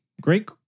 great